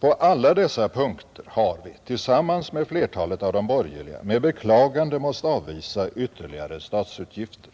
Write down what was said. På alla dessa punkter har vi tillsammans med flertalet av de borgerliga med beklagande måst avvisa ytterligare statsutgifter.